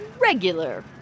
regular